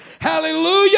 Hallelujah